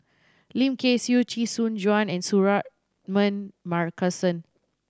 Lim Kay Siu Chee Soon Juan and Suratman Markasan